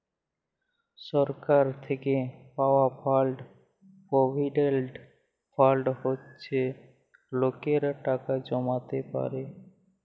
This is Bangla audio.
সরকার থ্যাইকে পাউয়া ফাল্ড পভিডেল্ট ফাল্ড হছে লকেরা টাকা জ্যমাইতে পারে